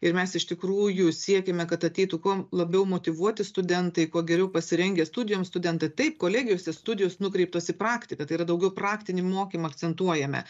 ir mes iš tikrųjų siekiame kad ateitų kuo labiau motyvuoti studentai kuo geriau pasirengę studijoms studentai taip kolegijose studijos nukreiptos į praktiką tai yra daugiau praktinį mokymą akcentuojame